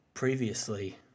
Previously